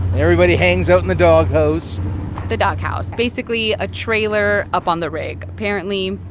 everybody hangs out in the doghouse the doghouse basically, a trailer up on the rig. apparently,